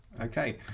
Okay